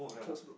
closed book